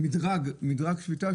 כיסיתם את העלויות של העבודה שלכם.